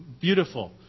Beautiful